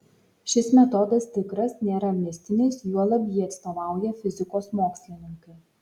šis metodas tikras nėra mistinis juolab jį atstovauja fizikos mokslininkai